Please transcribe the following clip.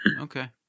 Okay